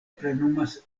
plenumas